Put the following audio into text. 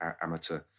Amateur